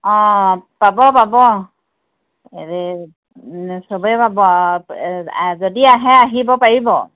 অ' পাব পাব সবেই পাব যদি আহে আহিব পাৰিব